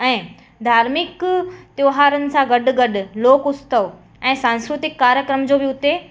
ऐं धार्मिक त्योहारनि सां गॾु गॾु लोक उत्सव ऐं सांस्कृतिक कार्यक्रम जो बि उते